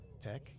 Tech